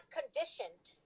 conditioned